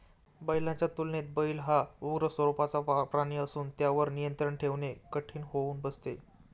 बैलाच्या तुलनेत बैल हा उग्र स्वरूपाचा प्राणी असून त्यावर नियंत्रण ठेवणे कठीण होऊन बसते